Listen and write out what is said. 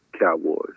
Cowboys